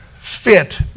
fit